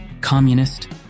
Communist